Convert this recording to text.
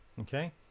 Okay